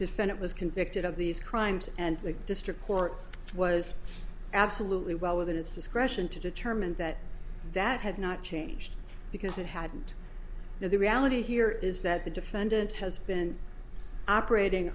defendant was convicted of these crimes and the district court was absolutely well within its discretion to determine that that had not changed because it hadn't now the reality here is that the defendant has been operating